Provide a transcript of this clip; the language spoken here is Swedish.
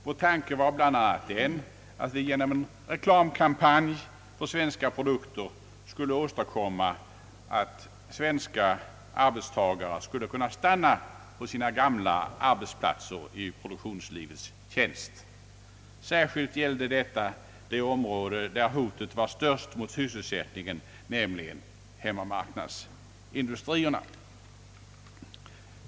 Vår tanke var bl.a. att vi genom en reklamkampanj för svenska produkter iskulle åstadkomma att svenska arbetstagare skulle stanna på sina gamla arbetsplatser i produktionslivets tjänst. Särskilt gällde detta det område där hotet var störst mot sysselsättningen, nämligen hemmamarknadsindustrierna.